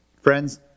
Friends